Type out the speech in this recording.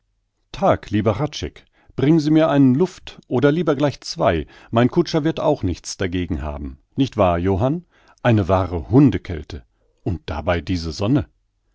tag lieber hradscheck bringen sie mir einen luft oder lieber gleich zwei mein kutscher wird auch nichts dagegen haben nicht wahr johann eine wahre hundekälte und dabei diese sonne